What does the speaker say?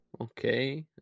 Okay